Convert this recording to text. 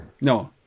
No